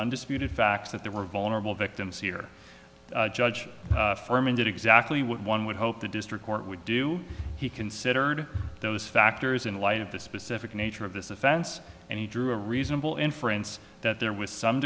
undisputed facts that there were vulnerable victims here judge foreman did exactly what one would hope the district court would do he considered those factors in light of the specific nature of this offense and he drew a reasonable inference that there was some